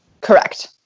Correct